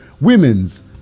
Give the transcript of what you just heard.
women's